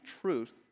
truth